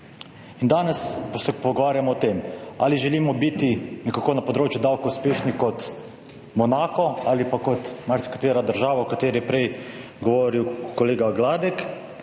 In danes se pogovarjamo o tem ali želimo biti nekako na področju davkov uspešni kot Monako ali pa kot marsikatera država, o kateri je prej govoril kolega Gladek,